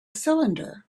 cylinder